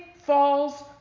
falls